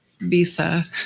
visa